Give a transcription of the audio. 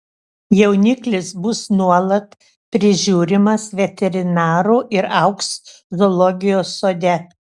jauniklis bus nuolat prižiūrimas veterinarų ir augs zoologijos sode